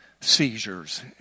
seizures